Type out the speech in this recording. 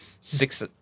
six